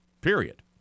Period